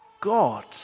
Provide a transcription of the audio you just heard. God